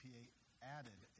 added